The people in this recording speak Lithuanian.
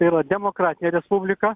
yra demokratinė respublika